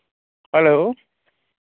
hello